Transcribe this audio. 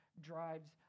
drives